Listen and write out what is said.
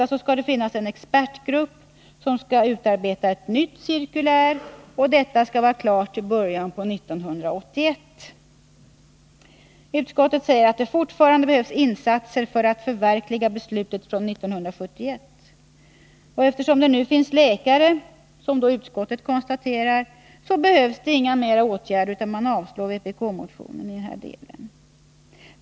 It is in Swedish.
Vidare skall det finnas en expertgrupp som skall utarbeta ett nytt cirkulär, och detta skall vara klart i början av 1981. Utskottet säger att det fortfarande behövs insatser för att förverkliga beslutet från 1971. Och eftersom det nu finns läkare, som utskottet konstaterar, så behövs inga fler åtgärder, utan man avstyrker vpk-motionen i denna del.